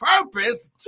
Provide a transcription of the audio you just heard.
purpose